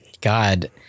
God